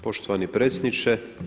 Poštovani predsjedniče.